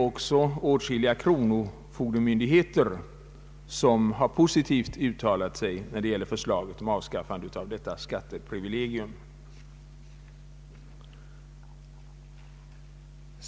Även åtskiliga kronofogdemyndigheter har uttalat sig positivt till förslaget om avskaffandet av detta skatteprivilegium.